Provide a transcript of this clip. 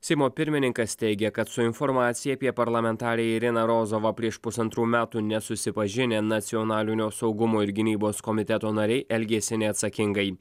seimo pirmininkas teigia kad su informacija apie parlamentarę iriną rozovą prieš pusantrų metų nesusipažinę nacionalinio saugumo ir gynybos komiteto nariai elgėsi neatsakingai